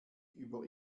über